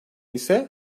ise